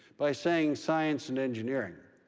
by saying science and engineering.